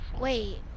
Wait